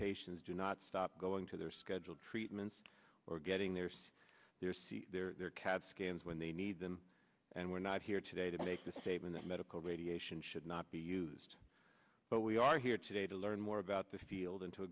patients do not stop going to their scheduled treatments or getting their see their c their cat scans when they need them and we're not here today to make the statement that medical radiation should not be used but we are here today to learn more about the field and to